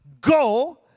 Go